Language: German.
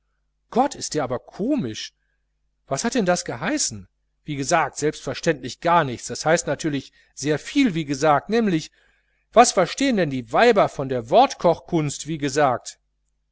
gott ist der aber komisch was hat denn das geheißen wie gesagt selbstverständlich gar nichts das heißt natürlich sehr viel wie gesagt nämlich was verstehen denn die weiber von der wortkochkunst wie gesagt